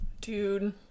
Dude